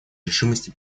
решимости